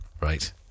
Right